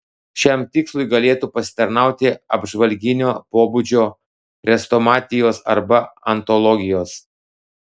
šiam tikslui galėtų pasitarnauti apžvalginio pobūdžio chrestomatijos arba antologijos